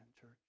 Church